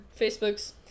Facebooks